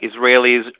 Israelis